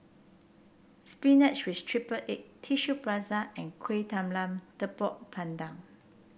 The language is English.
spinach with triple egg Tissue Prata and Kueh Talam Tepong Pandan